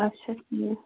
اَچھا ٹھیٖک